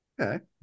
okay